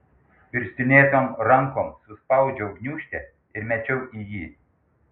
pirštinėtom rankom suspaudžiau gniūžtę ir mečiau į jį